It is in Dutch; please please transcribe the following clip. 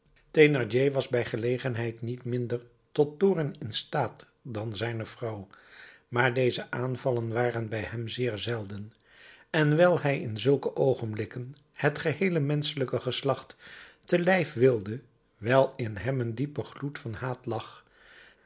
was bij gelegenheid niet minder tot toorn in staat dan zijne vrouw maar deze aanvallen waren bij hem zeer zelden en wijl hij in zulke oogenblikken het geheele menschelijke geslacht te lijf wilde wijl in hem een diepe gloed van haat lag